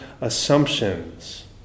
assumptions